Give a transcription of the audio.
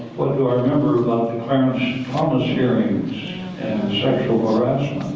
what do i remember about the clarence thomas hearing? and sexual harassment?